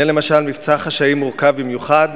הנה למשל מבצע חשאי מורכב במיוחד,